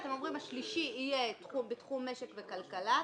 אתם אומרים שהשלישי יהיה בתחום משק וכלכלה.